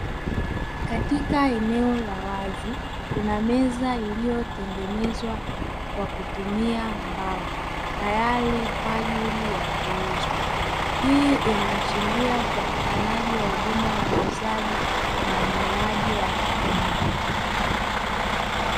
Katika eneo la wazi kuna meza iliyotengenezwa kwa kutumia mbao tayari kwa ajili ya kuuzwa, hii inaashiria upatikanaji wa huduma ya uuzaji na ununuaji wa samani.